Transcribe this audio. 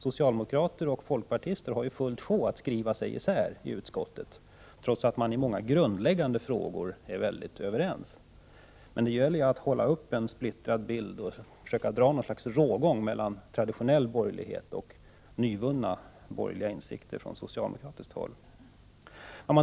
Socialdemokrater och folkpartister har fullt sjå med att skriva sig isär i utskottet trots att man i många grundläggande frågor är överens. Det gäller att hålla upp en splittrad bild och försöka dra en rågång mellan traditionell borgerlighet och nyvunna borgerliga insikter från socialdemokratiskt håll.